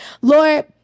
Lord